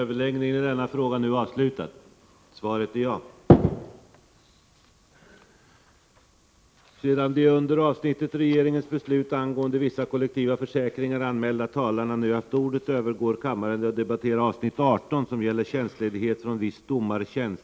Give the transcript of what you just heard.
Sedan de under avsnittet Regeringsbeslut angående vissa kollektiva försäkringar anmälda talarna nu haft ordet övergår kammaren till att debattera avsnitt 18: Tjänstledighet från viss domartjänst.